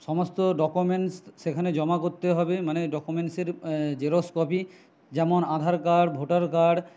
সমস্ত ডকুমেন্টস সেখানে জমা করতে হবে মানে ডকুমেন্টসের জেরক্স কপি যেমন আধার কার্ড ভোটার কার্ড